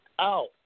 out